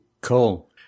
Cool